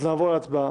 אז נעבור להצבעה.